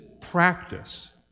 practice